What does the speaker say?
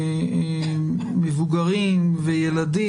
מבוגרים וילדים,